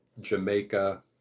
Jamaica